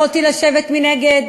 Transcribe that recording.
יכולתי לשבת מנגד,